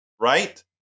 Right